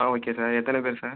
ஆ okay sir எத்தனை பேர் sir